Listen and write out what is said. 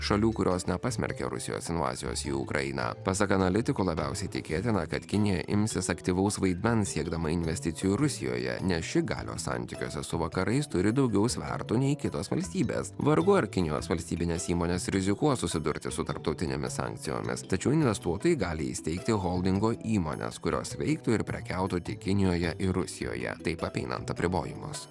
šalių kurios nepasmerkė rusijos invazijos į ukrainą pasak analitikų labiausiai tikėtina kad kinija imsis aktyvaus vaidmens siekdama investicijų rusijoje nes ši galios santykiuose su vakarais turi daugiau svertų nei kitos valstybės vargu ar kinijos valstybinės įmonės rizikuos susidurti su tarptautinėmis sankcijomis tačiau investuotojai gali įsteigti holdingo įmones kurios veiktų ir prekiautų tik kinijoje ir rusijoje taip apeinant apribojimus